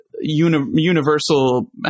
universal